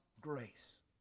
grace